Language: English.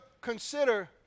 consider